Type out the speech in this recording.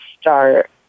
start